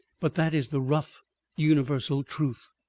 but that is the rough universal truth.